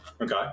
Okay